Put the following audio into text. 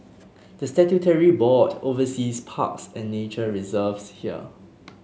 the statutory board oversees parks and nature reserves here